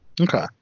Okay